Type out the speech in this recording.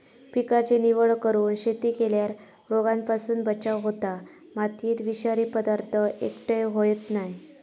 पिकाची निवड करून शेती केल्यार रोगांपासून बचाव होता, मातयेत विषारी पदार्थ एकटय होयत नाय